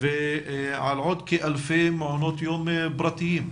ועל עוד כאלפי מעונות יום פרטיים,